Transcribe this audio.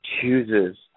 chooses